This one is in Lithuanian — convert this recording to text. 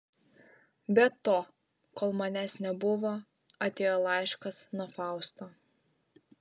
be to kol manęs nebuvo atėjo laiškas nuo fausto